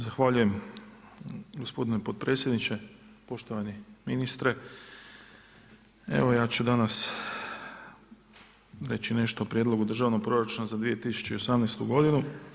Zahvaljujem gospodine potpredsjedniče, poštovani ministre evo ja ću danas reći nešto o Prijedlogu državnog proračuna za 2018. godinu.